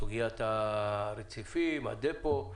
סוגיית הרציפים, הדפו.